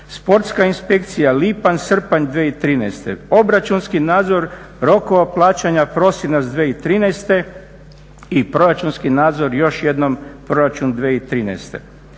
sportska inspekcija, lipanja, srpanj 2013., obračunski nadzor rokova plaćanja, prosinac 2013. i proračunski nadzor još jednom, proračun 2013.,